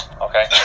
Okay